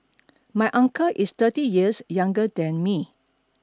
my uncle is thirty years younger than me